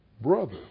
brother